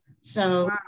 so-